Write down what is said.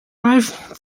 wife